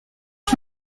les